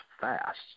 fast